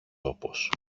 όπως